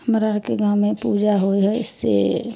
हमरा आरके गाँवमे पूजा होइ हइ से